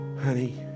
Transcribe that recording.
honey